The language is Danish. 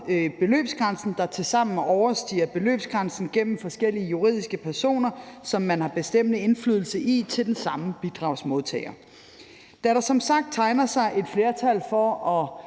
beløbsgrænsen, der tilsammen overstiger beløbsgrænsen, gennem forskellige juridiske personer, som man har bestemmende indflydelse i, er til den samme bidragsmodtager. Da der som sagt tegner sig et flertal for at